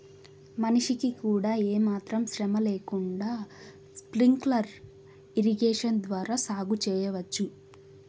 మనిషికి కూడా ఏమాత్రం శ్రమ లేకుండా స్ప్రింక్లర్ ఇరిగేషన్ ద్వారా సాగు చేయవచ్చు